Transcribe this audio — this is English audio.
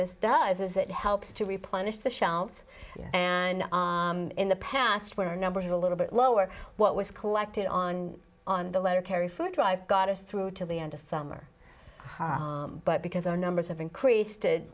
this does is it helps to replenish the shelves and in the past we're number of a little bit lower what was collected on on the letter carry food drive got us through to the end of summer but because our numbers have increased